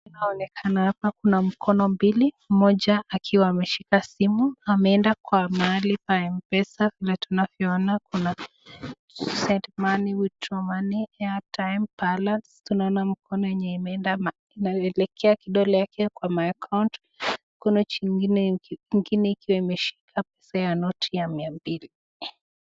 Inaonekana hapa kuna mkono mbili, mmoja akiwa ameshika simu. Ameenda kwa mahali pa M-Pesa. Vile tunavyoona kuna send money, withdraw money, airtime, balance . Tunaona mkono wenye umeenda inayo elekea kidole yake kwa my account . Mkono mwingine ukiwa imeshika pesa ya noti ya mia mbili.